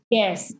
yes